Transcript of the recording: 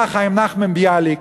היה חיים נחמן ביאליק